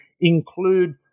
include